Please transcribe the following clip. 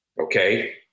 okay